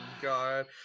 god